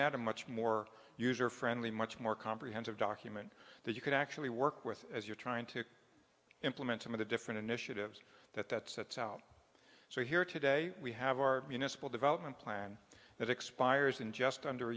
that a much more user friendly much more comprehensive document that you could actually work with as you're trying to implement some of the different initiatives that that sets out so here today we have our municipal development plan that expires in just under a